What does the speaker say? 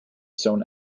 zone